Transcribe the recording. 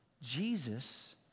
Jesus